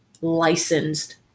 licensed